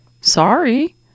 sorry